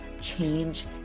change